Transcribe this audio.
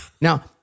Now